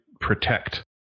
protect